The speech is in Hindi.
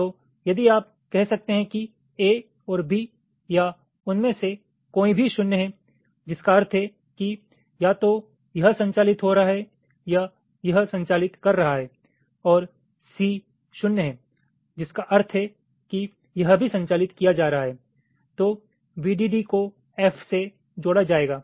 तो यदि आप कह सकते हैं कि a और b या उनमें से कोई भी शून्य है जिसका अर्थ है कि या तो यह संचालित हो रहा है या यह संचालित कर रहा है और c शून्य है जिसका अर्थ है कि यह भी संचालित किया जा रहा है तो वीडीडी को f से जोड़ा जाएगा